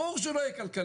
ברור שהוא לא יהיה כלכלי,